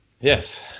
Yes